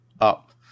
up